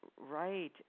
right